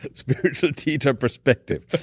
spiritual teacher perspective.